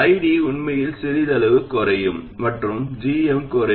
ID உண்மையில் சிறிதளவு குறையும் மற்றும் ஜிஎம் குறையும்